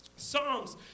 Psalms